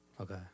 Okay